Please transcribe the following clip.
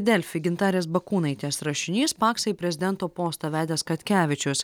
delfi gintarės bakūnaitės rašinys paksą į prezidento postą vedęs katkevičius